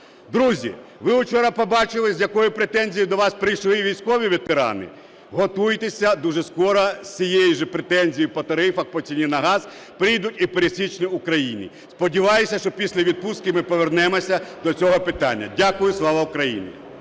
Друзі, ви вчора побачили, з якою претензією до вас прийшли військові ветерани. Готуйтеся, дуже скоро з цієї ж претензією по тарифах, по ціні на газ прийдуть і пересічні українці. Сподіваюся, що після відпустки ми повернемося до цього питання. Дякую. Слава Україні!